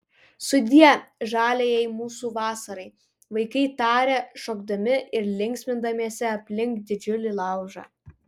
sudie žaliajai mūsų vasarai vaikai tarė šokdami ir linksmindamiesi aplink didžiulį laužą